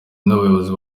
n’abayobozi